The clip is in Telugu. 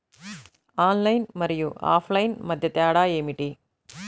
ఆన్లైన్ మరియు ఆఫ్లైన్ మధ్య తేడా ఏమిటీ?